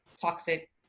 toxic